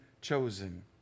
chosen